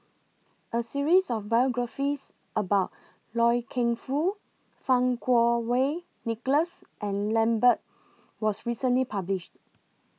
A series of biographies about Loy Keng Foo Fang Kuo Wei Nicholas and Lambert was recently published